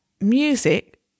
music